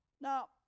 Now